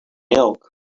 milk